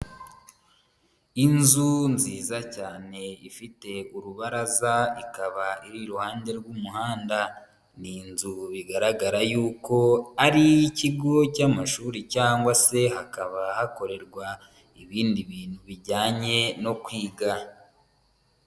Inzu nziza cyane ifite urubaraza ikaba iri iruhande rw'umuhanda, ni inzu bigaragara yuko ari ikigo cy'amashuri cyangwa se hakaba hakorerwa ibindi bintu bijyanye no kwiga.